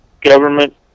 government